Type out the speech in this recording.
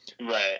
Right